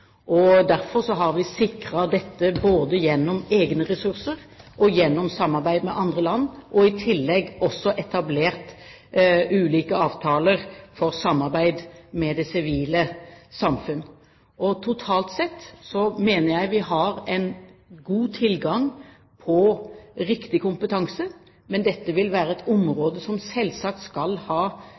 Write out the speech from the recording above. Derfor har vi sikret dette både gjennom egne ressurser og gjennom samarbeid med andre land, og i tillegg også etablert ulike avtaler for samarbeid med det sivile samfunn. Totalt sett mener jeg vi har god tilgang på riktig kompetanse, men dette er et område som selvsagt skal ha